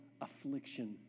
affliction